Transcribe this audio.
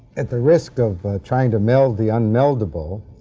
at the risk of trying to meld the unmeldable,